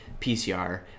PCR